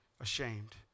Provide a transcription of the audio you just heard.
ashamed